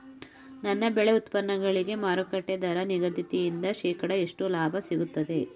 ನನ್ನ ಬೆಳೆ ಉತ್ಪನ್ನಗಳಿಗೆ ಮಾರುಕಟ್ಟೆ ದರ ನಿಗದಿಯಿಂದ ಶೇಕಡಾ ಎಷ್ಟು ಲಾಭ ಸಿಗುತ್ತದೆ?